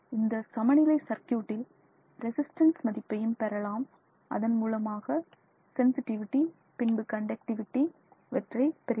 இந்த சமநிலை சர்க்யூட்டில் ரெசிஸ்டன்ஸ் மதிப்பையும் பெறலாம் அதன் மூலமாக ரெசிஸ்டிவிடி பின்பு கண்டக்டிவிடி இவற்றைப் பெறுகிறோம்